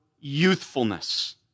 youthfulness